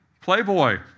Playboy